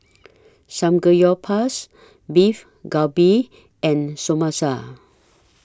Samgeyopsal Beef Galbi and Samosa